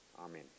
Amen